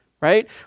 right